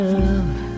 love